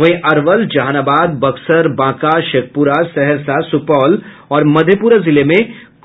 वहीं अरवल जनाहाबाद बक्सर बांका शेखुपरा सहरसा सुपौल और मधेप्रा जिले में